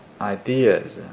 ideas